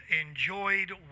enjoyed